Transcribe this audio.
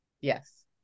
yes